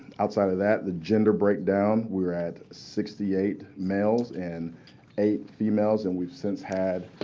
outside of that, the gender breakdown, we're at sixty eight males and eight females. and we've since had